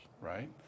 right